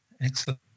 Excellent